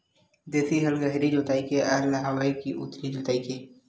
देशी हल गहरी जोताई के हल आवे के उथली जोताई के?